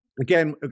Again